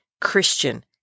Christian